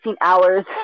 hours